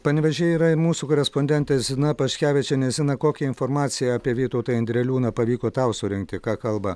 panevėžyje yra mūsų ir korespondentė zina paškevičienė zina kokia informacija apie vytautą indreliūną pavyko tau surinkti ką kalba